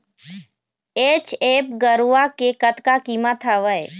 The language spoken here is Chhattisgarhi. एच.एफ गरवा के कतका कीमत हवए?